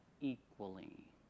equally